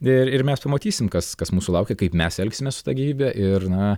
ir ir mes pamatysim kas kas mūsų laukia kaip mes elgsimės su ta gyvybe ir na